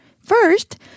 First